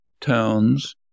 towns